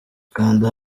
kanda